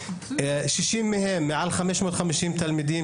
ב-60 מהם יש מעל 500 תלמידים,